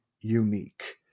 unique